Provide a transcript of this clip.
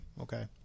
okay